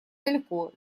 далеко